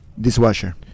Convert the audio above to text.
dishwasher